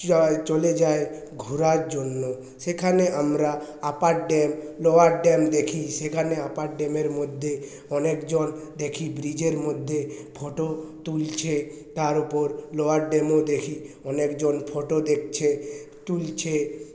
চলে যাই ঘোরার জন্য সেখানে আমরা আপার ড্যাম লোয়ার ড্যাম দেখি সেখানে আপার ড্যামের মধ্যে অনেকজন দেখি ব্রীজের মধ্যে ফটো তুলছে তার উপর লোয়ার ড্যামেও দেখি অনেকজন ফটো দেখছে তুলছে